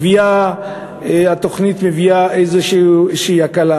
התוכנית מביאה איזו הקלה,